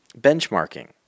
Benchmarking